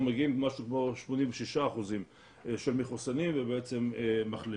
מגיעים למשהו כמו 86% של מחוסנים ומחלימים.